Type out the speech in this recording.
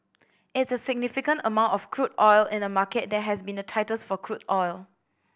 it's a significant amount of crude oil in a market that has been the tightest for crude oil